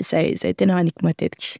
izay izay tena aniko matetiky.